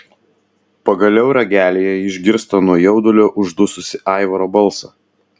pagaliau ragelyje ji išgirsta nuo jaudulio uždususį aivaro balsą